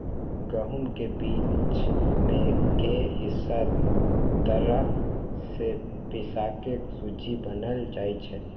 गहुम के बीच में के हिस्सा दर्रा से पिसके सुज्ज़ी बनाएल जाइ छइ